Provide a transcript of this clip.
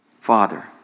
Father